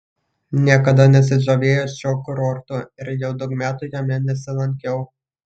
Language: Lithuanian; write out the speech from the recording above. niekada nesižavėjau šiuo kurortu ir jau daug metų jame nesilankiau